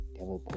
Devil